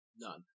None